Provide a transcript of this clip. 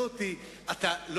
שהוא מנהל את הישיבה.